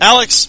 Alex